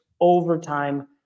overtime